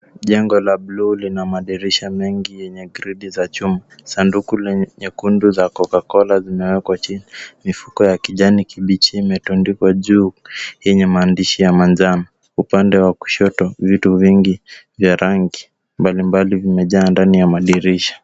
Jengo la bluu lina madirisha mengi yenye grid za chuma. Sanduku nyekundu la Cocacola limewekwa chini. Mifuko ya kijani kibichi imetundikwa juu yenye maadnishi ya manjano. Upande wa kushoto vitu vingi vya rangi mbalimbali vimejaa ndani ya madirisha.